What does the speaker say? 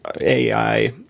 ai